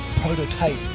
Prototype